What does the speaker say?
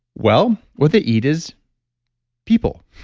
well, what they eat is people,